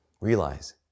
Realize